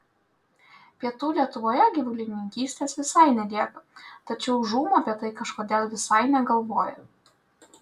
pietų lietuvoje gyvulininkystės visai nelieka tačiau žūm apie tai kažkodėl visai negalvoja